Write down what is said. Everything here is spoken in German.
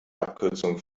abkürzung